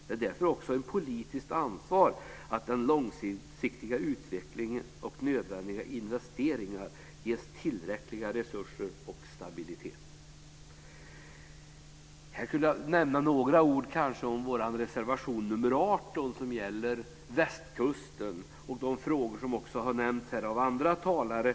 Det är därför också ett politiskt ansvar att den långsiktiga utvecklingen och nödvändiga investeringar ges tillräckliga resurser och stabilitet. Här kunde jag nämna några ord om vår reservation nr 18, som gäller västkusten och de frågor som också har nämnts här av andra talare.